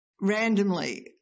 randomly